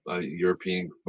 european